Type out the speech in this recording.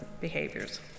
behaviors